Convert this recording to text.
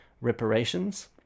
reparations